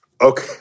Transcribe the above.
Okay